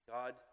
God